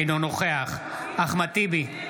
אינו נוכח אחמד טיבי,